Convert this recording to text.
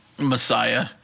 messiah